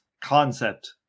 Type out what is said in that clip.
concept